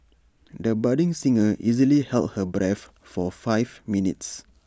the budding singer easily held her breath for five minutes